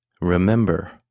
Remember